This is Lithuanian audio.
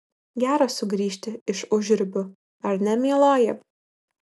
gera sugrįžti iš užribių ar ne mieloji